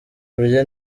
urya